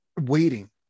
waiting